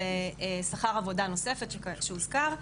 זה שכר עבודה נוספת שהוזכר.